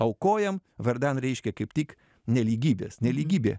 aukojam vardan reiškia kaip tik nelygybės nelygybė